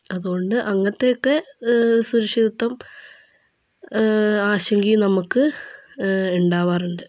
അതുകൊണ്ട് അങ്ങനത്തെ ഒക്കെ സുരക്ഷിതത്ത്വം ആശങ്കയും നമുക്ക് ഉണ്ടാവാറുണ്ട്